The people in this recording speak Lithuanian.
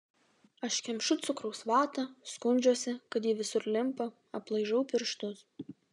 aš kemšu cukraus vatą skundžiuosi kad ji visur limpa aplaižau pirštus